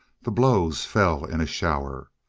the blows fell in a shower.